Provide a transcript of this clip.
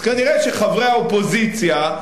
אז כנראה חברי האופוזיציה,